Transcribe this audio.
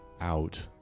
out